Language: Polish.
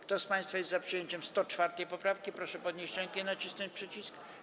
Kto z państwa jest za przyjęciem 104. poprawki, proszę podnieść rękę i nacisnąć przycisk.